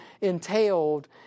entailed